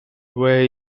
where